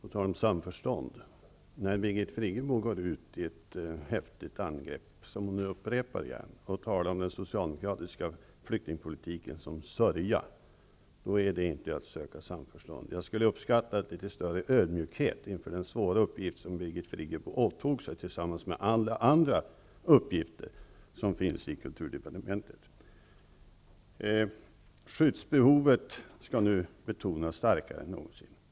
Herr talman! När Birgit Friggebo gör ett häftigt angrepp, som hon gärna upprepar, och beskriver den socialdemokratiska flyktingpolitiken som en sörja söker hon inte samförstånd. Jag skulle uppskatta en större ödmjukhet inför den svåra uppgift som Birgit Friggebo åtog sig tillsammans med alla andra uppgifter som finns i kulturdepartementet. Skyddsbehovet skall nu betonas starkare än någonsin.